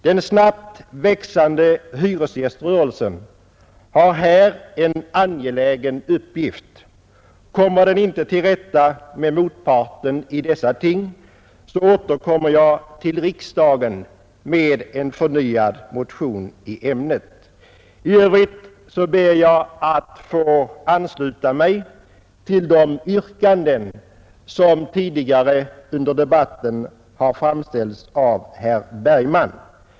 Den snabbt växande hyresgäströrelsen har här en angelägen uppgift. Kommer den inte till rätta med motparten i dessa ting, återkommer jag till riksdagen med en förnyad motion i ämnet. I övrigt ber jag att få ansluta mig till de yrkanden som tidigare under debatten har framställts av herr Bergman.